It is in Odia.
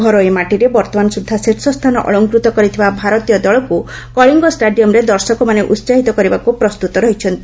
ଘରୋଇ ମାଟିରେ ବର୍ତ୍ତମାନ ସୁଦ୍ଧା ଶୀର୍ଷସ୍ଥାନ ଅଳଂକୃତ କରିଥିବା ଭାରତୀୟ ଦଳକୁ କଳିଙ୍ଗ ଷ୍ଟାଡିୟମ୍ରେ ଦର୍ଶକମାନେ ଉହାହିତ କରିବାକୁ ପ୍ରସ୍ତୁତ ରହିଛନ୍ତି